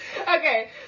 okay